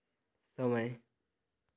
समय